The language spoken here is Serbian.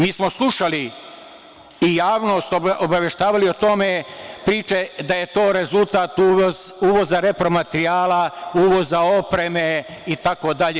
Mi smo slušali i javnost obaveštavali o tome, priče da je to rezultat uvoza repromaterijala, uvoza opreme itd.